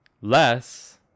less